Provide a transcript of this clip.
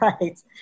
right